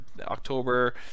October